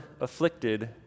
afflicted